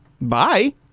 Bye